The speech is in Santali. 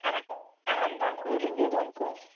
ᱠᱟᱨᱟ ᱠᱟᱨᱟᱢᱫᱚᱱ ᱠᱚ ᱨᱤᱸᱡᱷᱟᱹ ᱫᱚᱱ ᱠᱚ